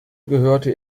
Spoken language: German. gehörte